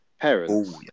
parents